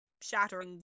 shattering